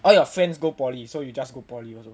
all your friends go poly so you just go poly also